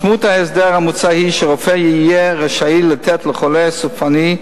משמעות ההסדר המוצע היא שרופא יהיה רשאי לתת לחולה סופני,